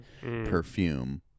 perfume